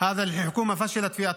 להלן תרגומם.)